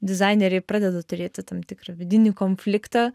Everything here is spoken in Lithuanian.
dizaineriai pradeda turėti tam tikrą vidinį konfliktą